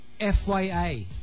FYI